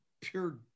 pure